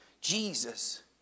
Jesus